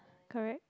correct